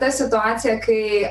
ta situacija kai